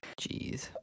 jeez